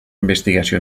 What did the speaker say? investigació